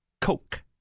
Coke